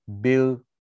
Bill